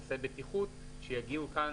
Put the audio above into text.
נושאי בטיחות שיגיעו כאן לפיקוח פרלמנטרי.